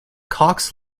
cox